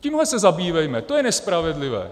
Tímhle se zabývejme, to je nespravedlivé.